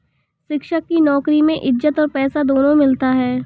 शिक्षक की नौकरी में इज्जत और पैसा दोनों मिलता है